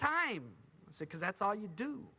time because that's all you do